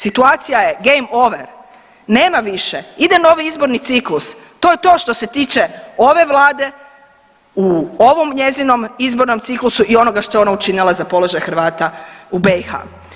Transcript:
Situacija je game over, nema više, ide novi izborni ciklus, to je to što se tiče ove vlade u ovom njezinom izbornom ciklusu i onoga što je ona učinila za položaj Hrvata u BiH.